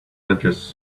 edges